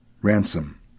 ransom